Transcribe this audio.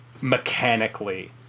mechanically